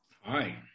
hi